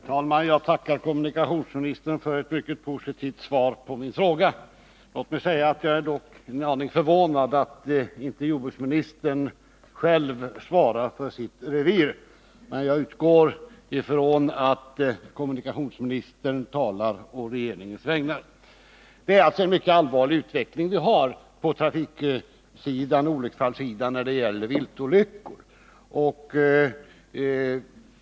Herr talman! Jag tackar kommunikationsministern för ett mycket positivt svar på min fråga. Låt mig säga att jag dock är en aning förvånad över att inte jordbruksministern själv svarar för sitt revir. Jag utgår emellertid ifrån att kommunikationsministern talar å regeringens vägnar. Utvecklingen på trafiksäkerhetsområdet när det gäller viltolyckor är mycket allvarlig.